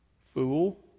Fool